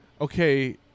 Okay